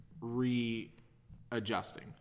re-adjusting